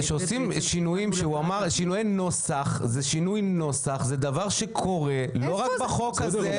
זה שינוי נוסח וזה דבר שקורה לא רק בחוק הזה.